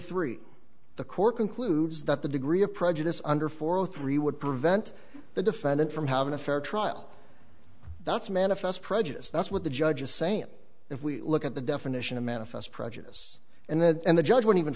three the court concludes that the degree of prejudice under four hundred three would prevent the defendant from having a fair trial that's manifest prejudice that's what the judge is saying if we look at the definition of manifest prejudice and then and the judge went even